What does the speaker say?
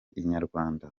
inyarwanda